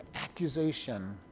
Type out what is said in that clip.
accusation